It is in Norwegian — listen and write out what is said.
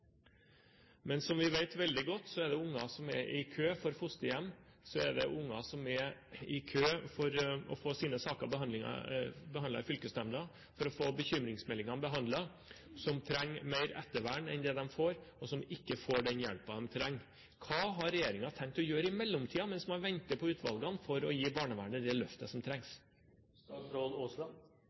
Men som vi vet veldig godt, er det barn som står i kø for fosterhjem, det er barn som står i kø for å få sine saker behandlet i fylkesnemnda, for å få bekymringsmeldinger behandlet, som trenger mer ettervern enn det de får, og som ikke får den hjelpen de trenger. Hva har regjeringen tenkt å gjøre i mellomtiden, mens man venter på utvalgene, for å gi barnevernet det løftet som